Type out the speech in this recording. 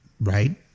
right